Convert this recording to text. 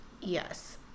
Yes